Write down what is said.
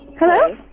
Hello